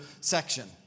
section